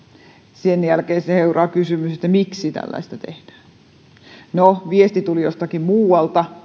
sen jälkeen seuraa kysymys että miksi tällaista tehdään no viesti tuli jostakin muualta